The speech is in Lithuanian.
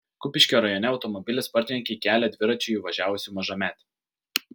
kupiškio rajone automobilis partrenkė į kelią dviračiu išvažiavusį mažametį